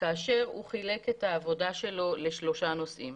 כאשר הוא חילק את העבודה שלו לשלושה נושאים.